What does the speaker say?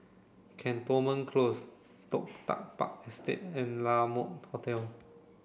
Cantonment Close Toh Tuck Park Estate and La Mode Hotel